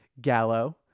Gallo